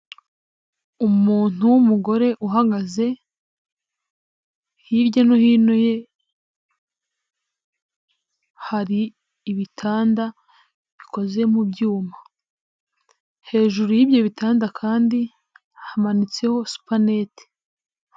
Umuntu w'umugore uhagaze, hirya no hino ye hari ibitanda bikoze mu byuma, hejuru y'ibyo bitanda kandi hamanitseho supanete.